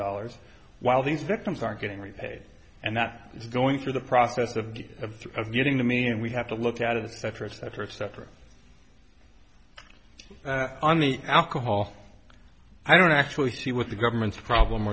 dollars while these victims are getting repaid and that is going through the process of of getting to me and we have to look out of the cetera et cetera et cetera on the alcohol i don't actually see what the government's problem